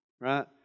right